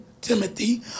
Timothy